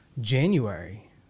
January